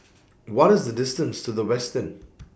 What IS The distance to The Westin